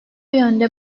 yönde